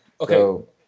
Okay